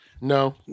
No